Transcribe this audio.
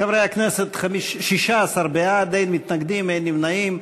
חברי הכנסת, 16 בעד, אין מתנגדים, אין נמנעים.